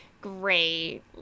great